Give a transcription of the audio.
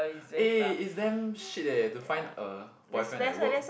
eh it's damn shit eh to find a boyfriend at work